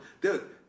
Dude